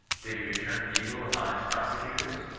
did he return evil upon his persecutors?